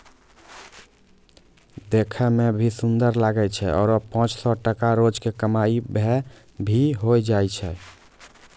देखै मॅ भी सुन्दर लागै छै आरो पांच सौ टका रोज के कमाई भा भी होय जाय छै